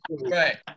right